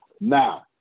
Now